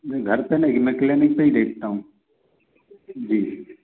नहीं घर पर नहीं मैं क्लिनिक पर ही देखता हूँ जी